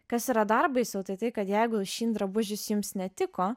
kas yra dar baisiau tai tai kad jeigu iš shein drabužis jums netiko